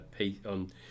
on